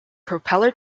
propeller